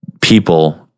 people